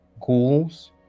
ghouls